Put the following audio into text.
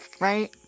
right